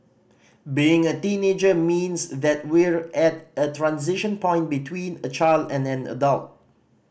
being a teenager means that we're at a transition point between a child and an adult